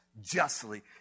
justly